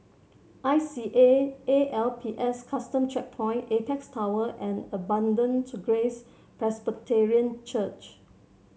I C A A L P S Custom Checkpoint Apex Tower and Abundant Grace Presbyterian Church